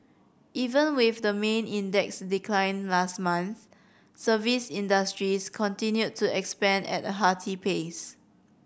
even with the main index's decline last month service industries continued to expand at a hearty pace